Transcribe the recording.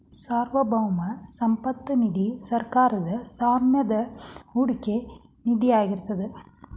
ಸಾರ್ವಭೌಮ ಸಂಪತ್ತ ನಿಧಿ ಸರ್ಕಾರದ್ ಸ್ವಾಮ್ಯದ ಹೂಡಿಕೆ ನಿಧಿಯಾಗಿರ್ತದ